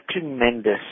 Tremendous